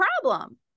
problem